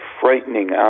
frightening